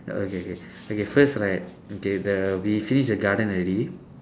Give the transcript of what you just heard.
okay K okay first right okay the we finish the garden already